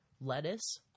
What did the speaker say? Lettuce